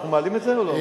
אנחנו מעלים את זה או לא?